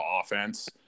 offense